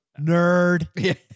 Nerd